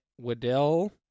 Waddell